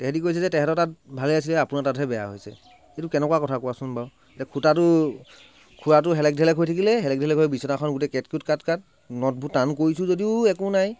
তেহেঁতি কৈছে যে তেহেঁতৰ তাত ভাল আছিলে আপোনাৰ তাত বেয়া হৈছে এইটো কেনেকুৱা কথা কোৱাচোন বাৰু এতিয়া খূটাতো খোৰাটো হেলেক ঢেলেক হৈ থাকিলে হেলেক ঢেলেক হৈ বিচনাখন গোটেই কেটকূট কাটকাট নটবোৰ টান কৰিছোঁ যদিও একো নাই